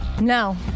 No